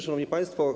Szanowni Państwo!